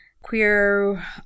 Queer